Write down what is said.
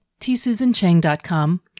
tsusanchang.com